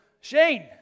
Shane